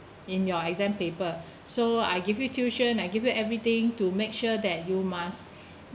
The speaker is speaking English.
in your exam paper so I give you tuition I give you everything to make sure that you must